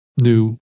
new